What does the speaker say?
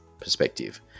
perspective